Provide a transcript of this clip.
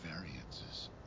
variances